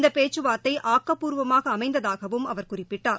இந்த பேச்சுவார்த்தை ஆக்கப்பூர்வமாக அமைந்ததாகவும் அவா குறிப்பிட்டார்